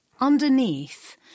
underneath